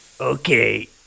Okay